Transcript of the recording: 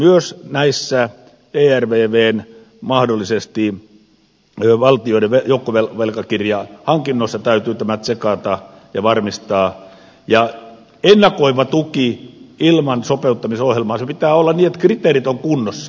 myös näissä ervvn mahdollisissa valtioiden joukkovelkakirjahankinnoissa täytyy tämä tsekata ja varmistaa ja ennakoiva tuki ilman sopeuttamisohjelmaa sen pitää olla niin että kriteerit ovat kunnossa